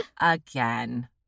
Again